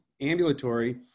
ambulatory